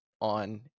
on